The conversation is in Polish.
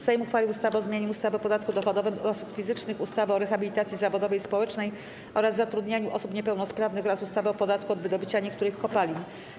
Sejm uchwalił ustawę o zmianie ustawy o podatku dochodowym od osób fizycznych, ustawy o rehabilitacji zawodowej i społecznej oraz zatrudnianiu osób niepełnosprawnych oraz ustawy o podatku od wydobycia niektórych kopalin.